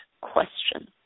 question